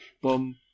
boom